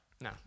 No